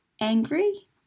angry